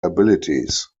abilities